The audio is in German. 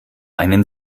einen